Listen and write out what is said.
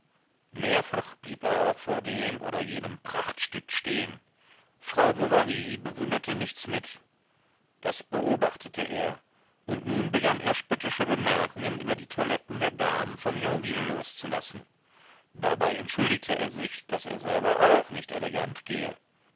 mehrfach blieb er auch vor dem oder jenem prachtstück stehen frau bovary bewunderte nichts mit das beobachtete er und nun begann er spöttische bemerkungen über die toiletten der damen von yonville loszulassen dabei entschuldigte er sich daß er selber auch nicht elegant gehe